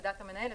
לדעת המנהל,